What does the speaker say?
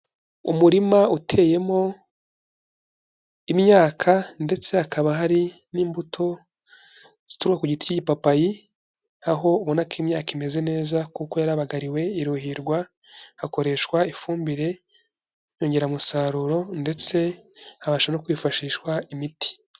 Umurima uteyemo, imyaka ndetse hakaba hari n'imbuto, zituruka ku giti k'igipapayi, aho ubona ko imyaka imeze neza, kuko yarabagariwe iruhirwa, hakoreshwa ifumbire nyongera musaruro ndetse habasha no kwifashishwa imiti.